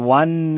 one